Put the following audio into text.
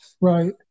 Right